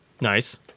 Nice